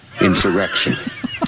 insurrection